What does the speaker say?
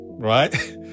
Right